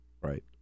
Right